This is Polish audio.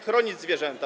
chronić zwierzęta.